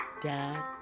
Dad